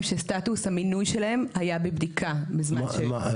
שסטטוס המינוי שלהם היה בבדיקה בזמן שבדקנו.